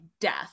death